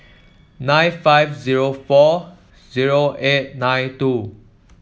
nine five zero four zero eight nine two